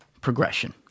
progression